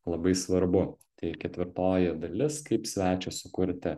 labai svarbu tai ketvirtoji dalis kaip svečiui sukurti